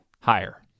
Higher